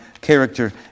character